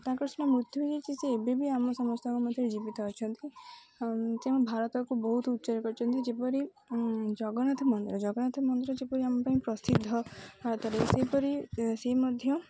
ତାଙ୍କର ସିନା ମୃତ୍ୟୁ ହେଇଯାଇଛି ସେ ଏବେ ବିି ଆମ ସମସ୍ତଙ୍କ ମଧ୍ୟ ଜୀବିତ ଅଛନ୍ତି ସେ ଆମ ଭାରତକୁ ବହୁତ ଉଚ୍ଚାର କରିନ୍ତି ଯେପରି ଜଗନ୍ନାଥ ମନ୍ଦିର ଜଗନ୍ନାଥ ମନ୍ଦିର ଯେପରି ଆମ ପାଇଁ ପ୍ରସିଦ୍ଧ ଭାରତରେ ସେହିପରି ସେ ମଧ୍ୟ